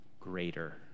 greater